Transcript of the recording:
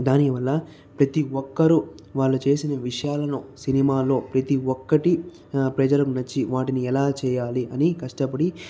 దాని వల్ల ప్రతి ఒక్కరూ వాళ్లు చేసిన విషయాలను సినిమాలో ప్రతీ ఒక్కటి ప్రజలకు నచ్చి వాటిని ఎలా చేయాలి అని కష్టపడి